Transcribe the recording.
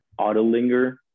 Autolinger